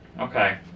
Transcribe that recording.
Okay